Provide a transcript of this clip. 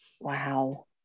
Wow